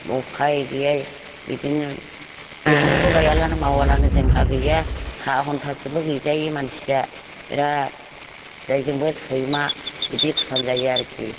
उफाय गैया बिदिनो बेफोरखौ गायाब्लानो मावाब्लानो जोंहा गैया हा मुन्थासेबो गैजायि मानसिया बिराद जायजोंबो सैमा बादि खालामजायो आरोखि